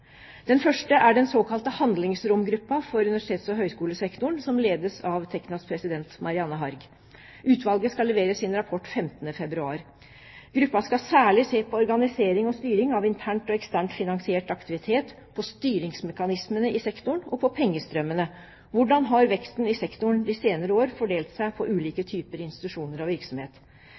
Den første er det såkalte Handlingsromsutvalget for universitets- og høyskolesektoren, som ledes av Teknas president, Marianne Harg. Utvalget skal levere sin rapport 15. februar. Gruppa skal særlig se på organisering og styring av internt og eksternt finansiert aktivitet, på styringsmekanismene i sektoren og på pengestrømmene – hvordan har veksten i sektoren de senere år fordelt seg på ulike typer institusjoner og virksomhet.